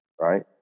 Right